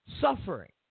suffering